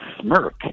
smirk